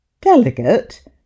delegate